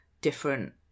different